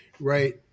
right